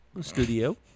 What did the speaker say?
studio